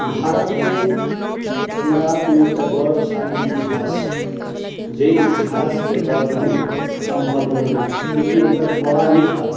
भारत के अपना आपमे एकटा गौरवशाली इतिहास छै जै इतिहास के वर्णन संभव नहि अछि चूँकि एकर पौराणिकता